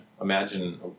Imagine